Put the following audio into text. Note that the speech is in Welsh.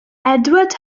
edward